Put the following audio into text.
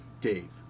Dave